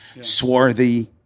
Swarthy